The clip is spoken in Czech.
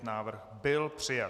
Návrh byl přijat.